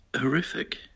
horrific